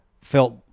felt